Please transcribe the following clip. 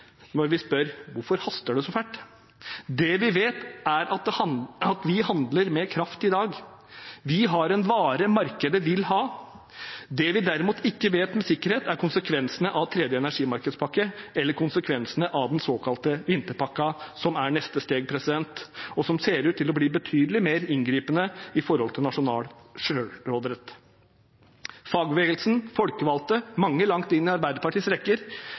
når vi spør: Hvorfor haster det så fælt? Det vi vet, er at vi handler med kraft i dag. Vi har en vare markedet vil ha. Det vi derimot ikke vet med sikkerhet, er konsekvensene av tredje energimarkedspakke eller konsekvensene av den såkalte vinterpakken, som er neste steg, og som ser ut til å bli betydelig mer inngripende med hensyn til nasjonal sjølråderett. Fagbevegelsen og folkevalgte – mange langt inn i Arbeiderpartiets rekker